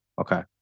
Okay